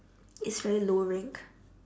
it's very low rank